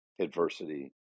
adversity